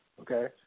okay